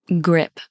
grip